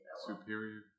Superior